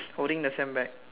holding the sand bag